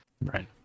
Right